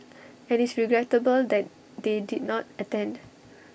and it's regrettable that they did not attend